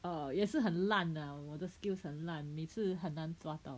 err 也是很烂啊我的 skill 很烂每次很难抓到